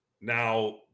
now